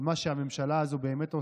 מה שהממשלה הזאת באמת עושה,